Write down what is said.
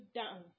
down